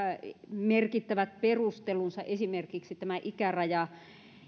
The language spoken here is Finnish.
merkittävät perustelunsa esimerkiksi tämä ikäraja